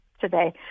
today